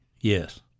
Yes